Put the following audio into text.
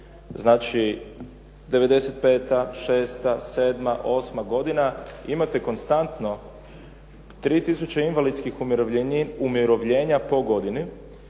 Znači, '95., '96., sedma, osma godina imate konstantno 3000 invalidskih umirovljenja po godini